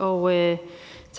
for at